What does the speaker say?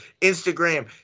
Instagram